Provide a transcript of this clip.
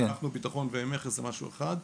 ואנחנו ביטחון ומכס זה משהו אחד.